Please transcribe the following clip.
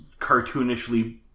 cartoonishly